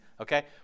Okay